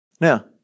Now